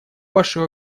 вашей